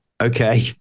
okay